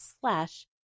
slash